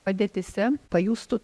padėtyse pajustų